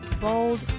bold